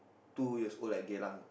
two years old at Geylang